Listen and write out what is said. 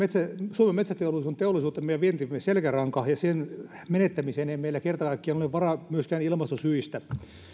suomen metsäteollisuus on teollisuutemme ja vientimme selkäranka ja sen menettämiseen ei meillä kerta kaikkiaan ole varaa myöskään ilmastosyistä